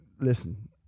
listen